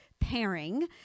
pairing